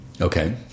Okay